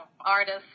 artist